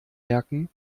merken